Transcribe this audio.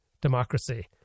democracy